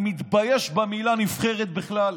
אני מתבייש במילה "נבחרת" בכלל.